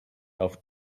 auf